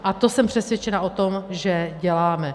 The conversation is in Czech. A to jsem přesvědčena o tom, že děláme.